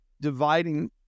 dividing